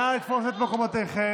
נא לתפוס את מקומותיכם.